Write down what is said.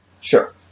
Sure